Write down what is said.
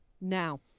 now